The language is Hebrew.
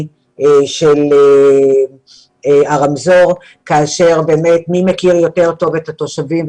של הרמזור כאשר באמת מי מכיר יותר טוב את התושבים,